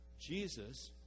Jesus